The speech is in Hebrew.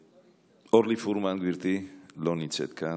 אורלי פרומן, גברתי, לא נמצאת כאן,